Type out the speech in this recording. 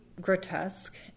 grotesque